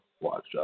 watch